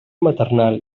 maternal